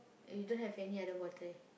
you don't have any other portrait